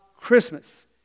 Christmas